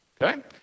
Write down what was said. Okay